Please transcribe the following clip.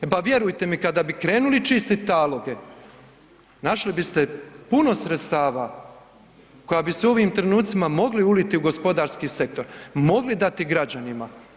E pa, vjerujte mi kada bi krenuli čistiti taloge našli biste puno sredstva koja bi se u ovim trenucima mogli uliti u gospodarski sektor, mogli dati građanima.